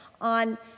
on